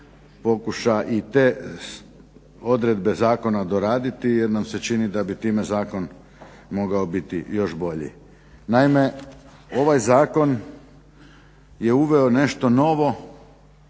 pokuša i te odredbe zakona doraditi jer mi nam se čini da bi time zakon mogao biti još bolji. Naime ovaj zakon je uveo nešto novo